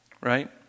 right